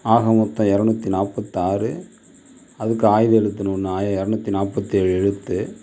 ஆக மொத்தம் இரநூத்தி நாற்பத்தாறு அதுக்கு ஆயுத எழுத்துன்னு ஒன்று ஆயிர இரநூத்தி நாற்பத்தேழு எழுத்து